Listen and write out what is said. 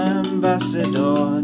ambassador